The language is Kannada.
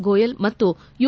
ಗೋಯಲ್ ಮತ್ತು ಯು